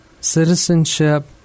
Citizenship